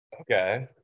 Okay